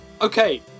Okay